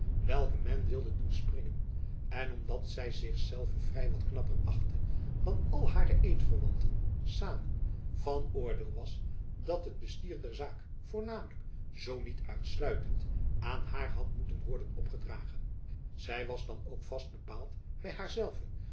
welke men wilde doen springen en omdat zy zich zelve vrij wat knapper achtte dan al hare eedverwanten samen van oordeel was dat het bestier der zaak voornamelijk zoo niet uitsluitend aan haar had moeten worden opgedragen zy was dan ook vast bepaald by